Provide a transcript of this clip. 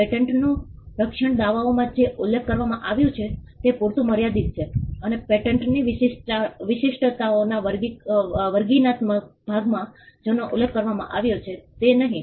પેટન્ટનું રક્ષણ દાવાઓમાં જે ઉલ્લેખ કરવામાં આવ્યું છે તે પૂરતું મર્યાદિત છે અને પેટન્ટની વિશિષ્ટતાઓના વર્ણનાત્મક ભાગમાં જેનો ઉલ્લેખ કરવામાં આવ્યો છે તે નહીં